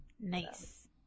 Nice